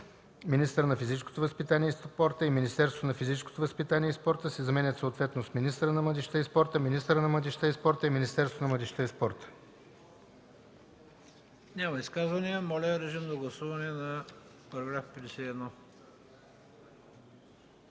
„министърът на физическото възпитание и спорта” и „Министерството на физическото възпитание и спорта” се заменят съответно с „министъра на младежта и спорта”, „министърът на младежта и спорта” и „Министерството на младежта и спорта”,